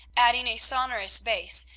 adding a sonorous bass,